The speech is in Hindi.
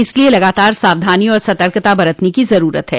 इसलिये लगातार सावधानी और सतर्कता बरतने की जरूरत है